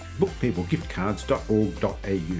bookpeoplegiftcards.org.au